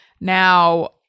now